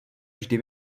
vždy